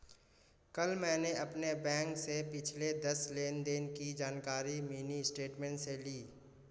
कल मैंने अपने बैंक से पिछले दस लेनदेन की जानकारी मिनी स्टेटमेंट से ली